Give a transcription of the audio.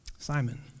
Simon